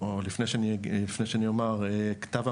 להגיע להסכמות סביב